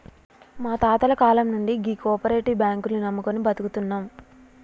మా తాతల కాలం నుండి గీ కోపరేటివ్ బాంకుల్ని నమ్ముకొని బతుకుతున్నం